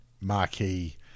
marquee